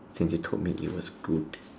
twenty told me it was good